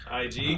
IG